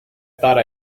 thought